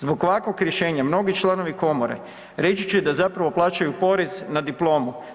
Zbog ovakvog rješenja mnogi članovi komore reći će da zapravo plaćaju porez na diplomu.